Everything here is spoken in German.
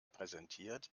präsentiert